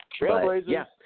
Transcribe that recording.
Trailblazers